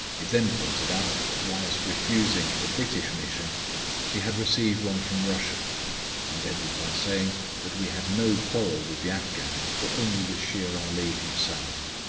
it then pointed out that whilst refusing a british mission he had received one from russia and ended by saying that we had no quarrel with the afghans, but only with shere ali himself.